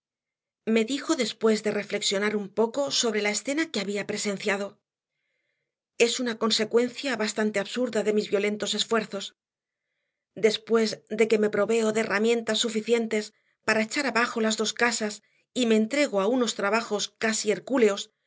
me dijo después de reflexionar un poco sobre la escena que había presenciado es una consecuencia bastante absurda de mis violentos esfuerzos después de que me proveo de herramientas suficientes para echar abajo las dos casas y me entrego a unos trabajos casi